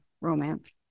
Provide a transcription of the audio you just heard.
romance